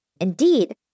Indeed